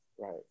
right